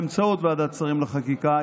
באמצעות ועדת שרים לחקיקה,